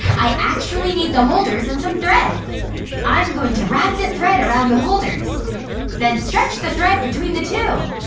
i actually need the holders and some thread i'm going to wrap the thread around the holders then stretch the thread between the two